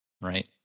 Right